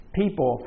people